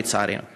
לצערי הרב.